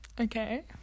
Okay